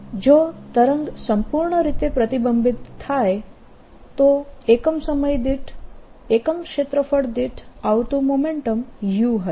જો તરંગ સંપૂર્ણ રીતે પ્રતિબિંબિત થાય તો એકમ સમય દીઠ એકમ ક્ષેત્રફળ દીઠ આવતું મોમેન્ટમ u હશે